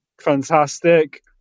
fantastic